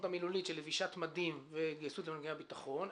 המילולית של לבישת מדים והתגייסות למנגנוני הביטחון?